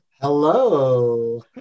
Hello